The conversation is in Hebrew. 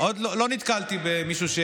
לא נתקלתי במישהו.